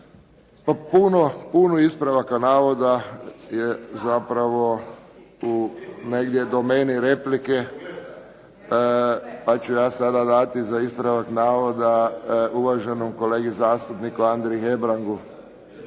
Puno ispravaka navoda je zapravo u negdje domeni replike, pa ću ja sada dati za ispravak navoda uvaženom kolegi zastupniku Andriji Hebrangu.